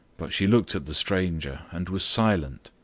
but she looked at the stranger and was silent.